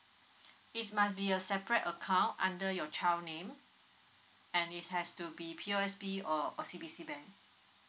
it must be a separate account under your child name and it has to be POSB or OCBC bank